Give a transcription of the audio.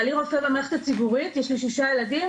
בעלי רופא במערכת הציבורית, יש לי שישה ילדים.